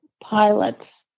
pilots